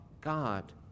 God